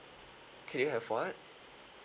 can you have what